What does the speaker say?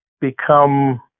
become